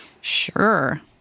Sure